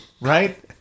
right